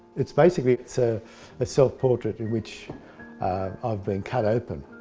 it's basically it's a ah self portrait in which i've been cut open,